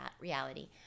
Reality